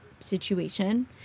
Situation